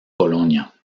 colonia